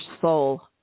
soul